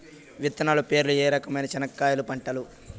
విత్తనాలు పేర్లు ఏ రకమైన చెనక్కాయలు పంటలు?